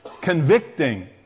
convicting